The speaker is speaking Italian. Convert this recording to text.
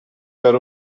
per